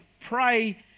pray